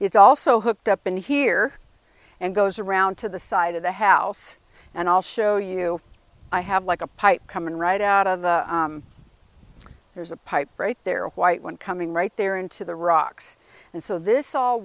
it's also hooked up in here and goes around to the side of the house and i'll show you i have like a pipe coming right out of there's a pipe right there a white one coming right there into the rocks and so this all